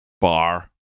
bar